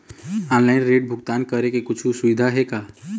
Online ऋण भुगतान करे के कुछू सुविधा हे का?